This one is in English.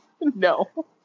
No